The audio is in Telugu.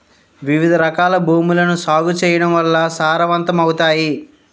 వివిధరకాల భూములను సాగు చేయడం వల్ల సారవంతమవుతాయి